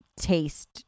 taste